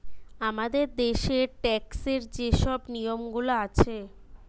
আমাদের দ্যাশের ট্যাক্সের যে শব নিয়মগুলা আছে